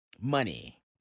Money